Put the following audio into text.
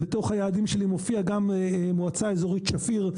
בתוך היעדים שלי מופיעה גם מועצה אזורית שפיר,